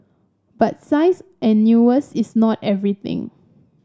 but size and newness is not everything